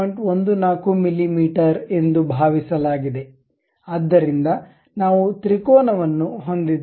14 ಮಿಮೀ ಎಂದು ಭಾವಿಸಲಾಗಿದೆ ಆದ್ದರಿಂದ ನಾವು ತ್ರಿಕೋನವನ್ನು ಹೊಂದಿದ್ದೇವೆ